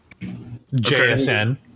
JSN